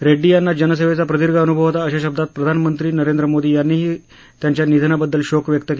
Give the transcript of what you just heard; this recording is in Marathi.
रेड्डी यांना जनसेवेचा प्रदीर्घ अनुभव होता अशा शब्दात प्रधानमंत्री नरेंद्र मोदी यांनीही रेड्डी यांच्या निधनाबद्दल शोक व्यक्त केला